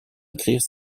écrire